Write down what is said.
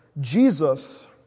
Jesus